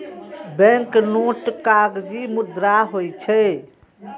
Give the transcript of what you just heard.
banknote कागजी मुद्रा होइ छै